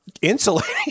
insulating